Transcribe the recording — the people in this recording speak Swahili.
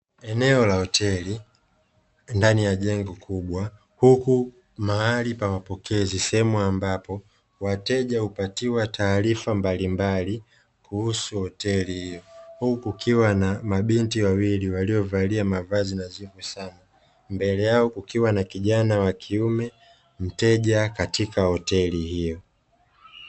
Eneo la hoteli, ndani ya jengo kubwa huku mahali pa mapokezi sehemu ambapo wateja hupatiwa taarifa mbalimbali kuhusu hoteli hio huku kukiwa na mabinti wawili waliovalia mavazi nadhifu sana, mbele yao kukiwa na kijana wa kiume mteja katika hoteli hiyo.